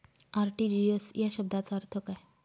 RTGS या शब्दाचा अर्थ काय?